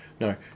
no